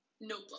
Notebook